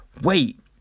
wait